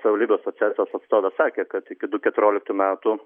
savivaldybės asociacijos atstovė sakė kad iki du keturioliktų metų